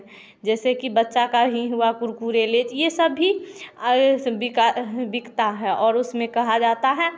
जैसे कि बच्चा का ही हुआ कुरकुरे लेज यह सब भी बिकता है और उसमें कहा जाता है